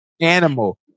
Animal